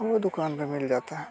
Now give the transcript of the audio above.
वो दुकान में मिल जाता है